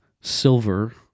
silver